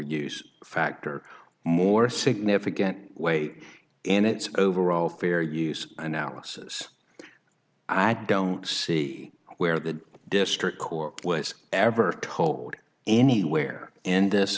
use factor or more significant weight in its overall fair use analysis i don't see where the district court was ever told anywhere in this